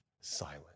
silent